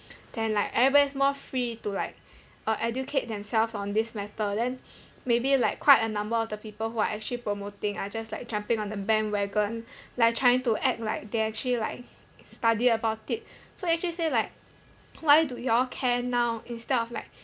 then like everybody is more free to like uh educate themselves on this matter then maybe like quite a number of the people who are actually promoting are just like jumping on the bandwagon like trying to act like they actually like study about it so actually say like why do you all care now instead of like